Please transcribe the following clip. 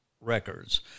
records